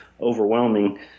overwhelming